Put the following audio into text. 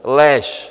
Lež!